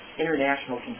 international